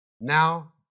Now